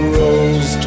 rose